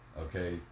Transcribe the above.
okay